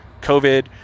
COVID